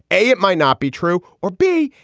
a, it might not be true. or b,